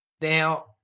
Now